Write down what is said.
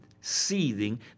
seething